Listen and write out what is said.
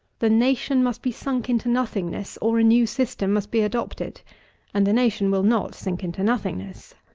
the nation must be sunk into nothingness, or a new system must be adopted and the nation will not sink into nothingness.